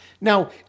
Now